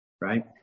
right